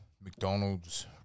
McDonald's